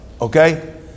okay